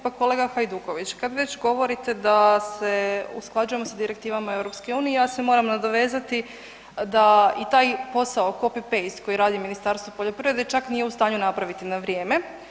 Pa kolega Hajduković kad već govorite da se usklađujemo s direktivama EU, ja se moram nadovezati da i taj posao copy-paste koje radi Ministarstvo poljoprivrede čak nije u stanju napraviti na vrijeme.